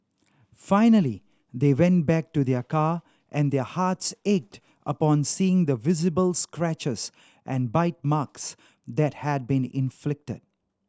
finally they went back to their car and their hearts ached upon seeing the visible scratches and bite marks that had been inflicted